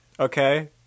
Okay